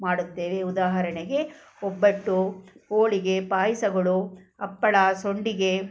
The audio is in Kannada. ಮಾಡುತ್ತೇವೆ ಉದಾಹರಣೆಗೆ ಒಬ್ಬಟ್ಟು ಹೋಳಿಗೆ ಪಾಯಸಗಳು ಹಪ್ಪಳ ಸಂಡಿಗೆ